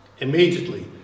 Immediately